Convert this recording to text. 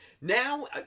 Now